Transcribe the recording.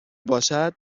باشد